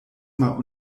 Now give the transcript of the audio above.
mal